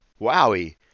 Wowie